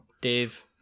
Dave